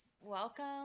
welcome